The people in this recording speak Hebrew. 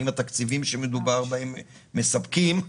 האם התקציבים שמדובר בהם מספקים,